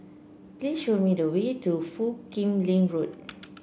please show me the way to Foo Kim Lin Road